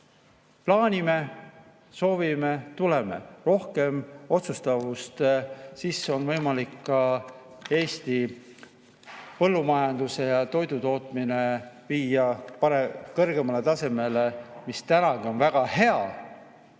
plaanime, soovime, tuleme. Rohkem otsustavust! Siis on võimalik ka Eesti põllumajandus ja toidutootmine viia kõrgemale tasemele, mis tänagi on väga hea,